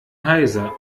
heiser